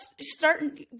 starting